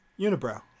Unibrow